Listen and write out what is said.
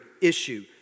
issue